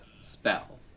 spell